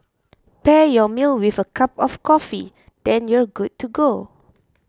pair your meal with a cup of coffee then you're good to go